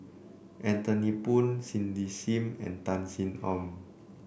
Anthony Poon Cindy Sim and Tan Sin Aun